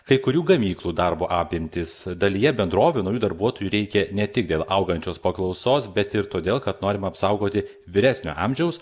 kai kurių gamyklų darbo apimtys dalyje bendrovių naujų darbuotojų reikia ne tik dėl augančios paklausos bet ir todėl kad norima apsaugoti vyresnio amžiaus